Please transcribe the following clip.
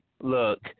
look